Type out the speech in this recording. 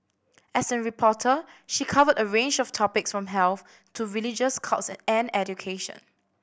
as a reporter she covered a range of topics from health to religious cults and education